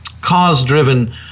cause-driven